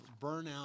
burnout